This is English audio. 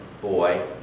boy